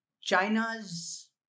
China's